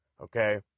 Okay